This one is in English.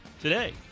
today